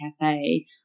cafe